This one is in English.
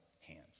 hands